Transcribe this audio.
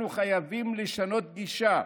אנחנו חייבים לשנות גישה.